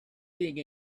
being